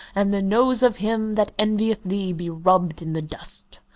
and the nose of him that envieth thee be rubbed in the dust,